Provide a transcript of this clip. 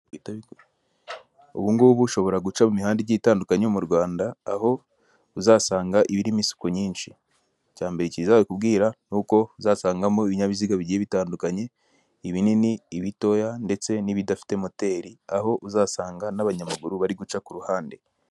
Ubu ngubu ushobora guca mu mihanda igiye itandukanye mu Rwanda aho uzasanga irimo isuku nyinshi. Icya mbere kizakubwira ni uko uzasangamo ibinyabiziga bigiye bitandukanye, ibinini, ibitoya ndetse n'ibidafite moteri, aho uzasanga n'abanyamaguru bari guca ku ruhande.